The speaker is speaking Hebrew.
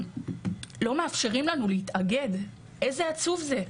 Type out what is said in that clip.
לא מאפשרים לנו להתאגד, איזה עצוב זה,